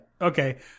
okay